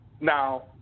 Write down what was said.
Now